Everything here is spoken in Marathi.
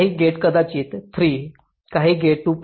काही गेट कदाचित 3 काही गेट 2